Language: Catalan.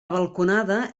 balconada